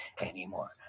anymore